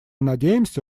надеемся